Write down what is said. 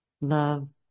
love